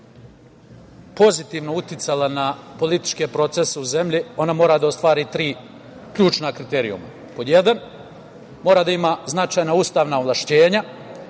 pozitivno uticala na političke procese u zemlji, ona mora da ostvari tri ključna kriterijuma. Pod jedan, mora da ima značajna ustavna ovlašćenja,